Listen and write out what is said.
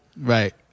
Right